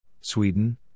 Sweden